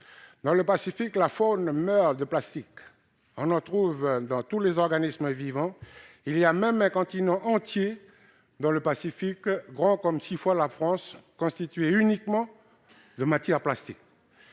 Dans le Pacifique, la faune meurt du plastique : il s'en retrouve dans tous les organismes vivants. Il existe même un continent entier dans cet océan, grand comme six fois la France, constitué uniquement de matières plastiques.